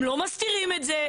הם לא מסתירים את זה.